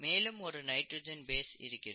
மேலும் ஒரு nitrogen base இருக்கிறது